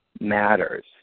matters